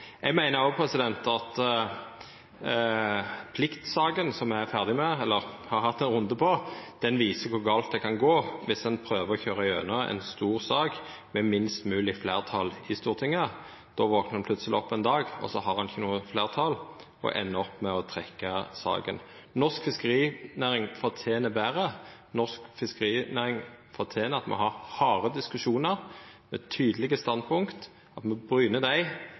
Eg meiner òg at pliktsaka, som me har hatt ein runde på, viser kor galt det kan gå viss ein prøver å køyra gjennom ei stor sak med minst mogleg fleirtal i Stortinget. Då vaknar ein plutseleg opp ein dag, og så har ein ikkje noko fleirtal og endar opp med å trekkja saka. Norsk fiskerinæring fortener betre. Norsk fiskerinæring fortener at me har harde diskusjonar med tydelege standpunkt, at me bryner dei,